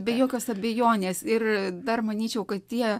be jokios abejonės ir dar manyčiau kad tie